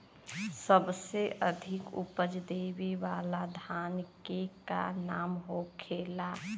सबसे अधिक उपज देवे वाला धान के का नाम होखे ला?